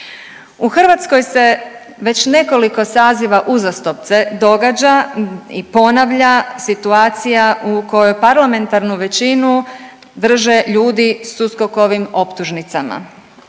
U Hrvatskoj se već nekoliko saziva uzastopce događa i ponavlja situacija u kojoj parlamentarnu većinu drže ljudi s USKOK-ovim optužnicama.